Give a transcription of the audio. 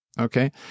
Okay